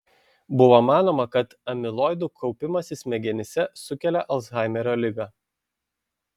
buvo manoma kad amiloidų kaupimasis smegenyse sukelia alzhaimerio ligą